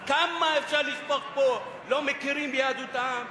אז כמה אפשר לשפוך פה: לא מכירים ביהדותם,